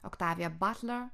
oktavija batler